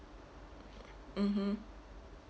mmhmm